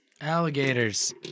Alligators